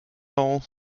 hall